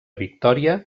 victòria